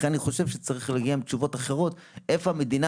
לכן אני חושב שצריך להגיע עם תשובות אחרות איפה המדינה?